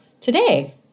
today